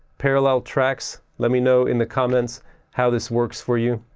parallel tracks! let me know in the comments how this works for you.